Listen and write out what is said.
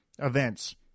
events